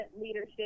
leadership